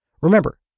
Remember